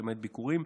למעט ביקורים.